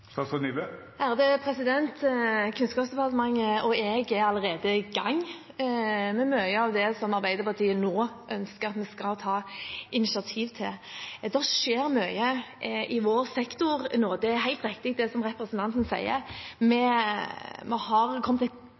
Kunnskapsdepartementet og jeg er allerede i gang med mye av det som Arbeiderpartiet nå ønsker at vi skal ta initiativ til. Det skjer mye i vår sektor nå, det er helt riktig det som representanten sier; vi har kommet